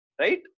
Right